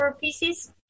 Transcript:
pieces